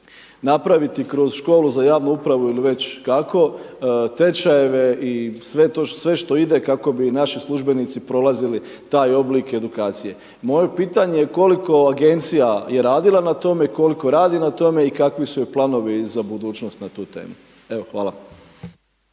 napraviti kroz Školu za javnu upravu ili već kako tečajeve i sve što ide kako bi naši službenici prolazili taj oblik edukacije. Moje pitanje je koliko agencija je radila na tome, koliko radi na tome i kakvi su joj planovi za budućnost na tu temu? Evo hvala.